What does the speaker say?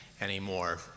anymore